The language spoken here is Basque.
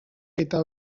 eta